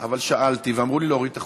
אבל שאלתי ואמרו לי להוריד את החוקים.